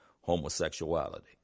Homosexuality